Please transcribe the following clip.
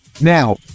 Now